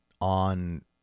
on